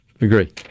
Agree